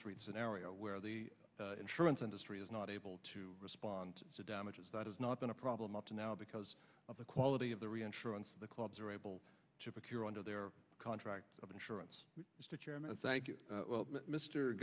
street scenario where the insurance industry is not able to respond to damages that has not been a problem up to now because of the quality of the reinsurance the clubs are able to procure under their contract of insurance